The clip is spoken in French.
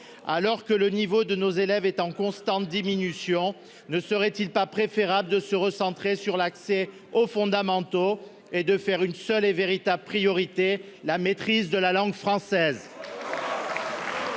Alors que le niveau de nos élèves est en constante diminution, ne serait-il pas préférable de nous recentrer sur l'accès aux savoirs fondamentaux et sur une seule et véritable priorité, à savoir la maîtrise de la langue française ?